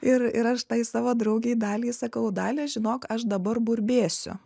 ir ir aš tai savo draugei daliai sakau dalia žinok aš dabar burbėsiu